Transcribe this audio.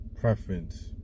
preference